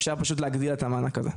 אפשר פשוט להגדיל את המענק הזה.